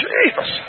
Jesus